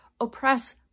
oppress